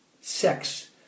sex